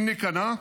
אם ניכנע,